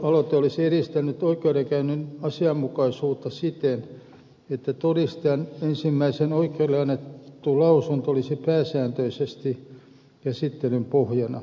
lakialoite olisi edistänyt oikeudenkäynnin asianmukaisuutta siten että todistajan ensimmäinen oikeudelle annettu lausunto olisi pääsääntöisesti käsittelyn pohjana